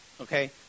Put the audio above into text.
Okay